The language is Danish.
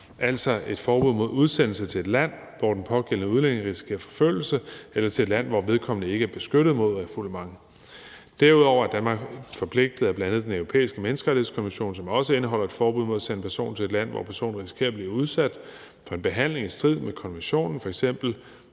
altså et forbud mod udsendelse til et land, hvor den pågældende udlænding risikerer forfølgelse, eller til et land, hvor vedkommende ikke er beskyttet mod refoulement. Derudover er Danmark forpligtet af bl.a. Den Europæiske Menneskerettighedskonvention, som også indeholder et forbud mod at sende en person til et land, hvor personen risikerer at blive udsat for en behandling i strid med konventionen, f.eks.